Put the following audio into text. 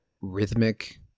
rhythmic